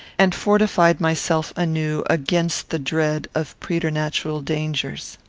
and fortified myself anew against the dread of preternatural dangers.